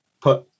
put